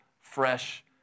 fresh